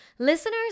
Listeners